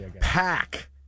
Pack